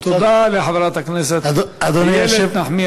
תודה לחברת הכנסת איילת נחמיאס ורבין.